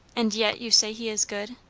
and yet you say he is good?